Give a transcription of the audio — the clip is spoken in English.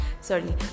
Sorry